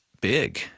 big